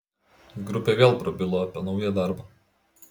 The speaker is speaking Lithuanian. grupė vėl prabilo apie naują darbą